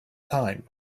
time